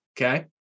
Okay